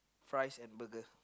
fries and burger